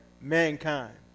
mankind